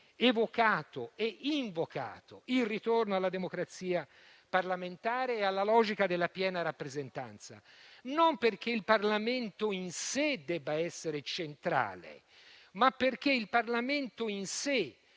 evocato e invocato il ritorno alla democrazia parlamentare e alla logica della piena rappresentanza non perché il Parlamento in sé debba essere centrale, ma perché il Parlamento in sé